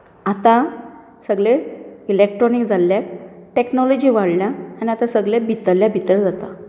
आतां सगळें इलेक्ट्रोनिक जाल्याक टेक्नोलाँजी वाडल्यान आनी आता सगळें भितल्या भितर जाता